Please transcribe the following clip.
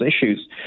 issues